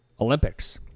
Olympics